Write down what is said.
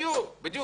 (היו"ר מאיר כהן) בדיוק.